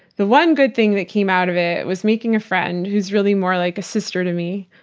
the one good thing that came out of it was making a friend who's really more like a sister to me.